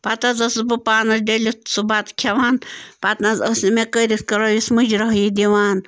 پَتہٕ حظ ٲسٕس بہٕ پانَس ڈٔلِتھ سُہ بَتہٕ کھٮ۪وان پَتہٕ نہٕ حظ ٲس نہٕ مےٚ کٔرِتھ کرٛٲوِس مُجرٲہی دِوان